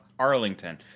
Arlington